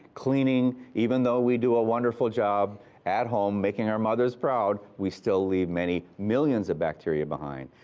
cleaning, even though we do a wonderful job at home making our mother's proud we still leave many millions of bacteria behind.